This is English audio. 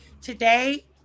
Today